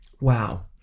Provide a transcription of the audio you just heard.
Wow